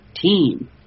team